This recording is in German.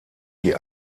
die